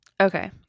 Okay